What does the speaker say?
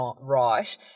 right